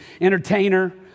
entertainer